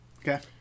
Okay